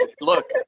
look